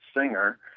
singer